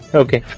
okay